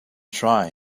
try